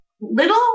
little